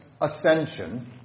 ascension